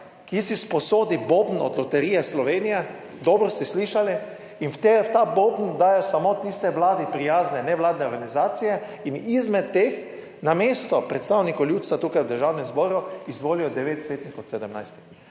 ki si sposodi boben od Loterije Slovenije - dobro ste slišali - in v ta boben dajo samo tiste vladi prijazne nevladne organizacije in izmed teh na mesto predstavnikov ljudstva tukaj v Državnem zboru izvolijo 9 svetnikov od 17;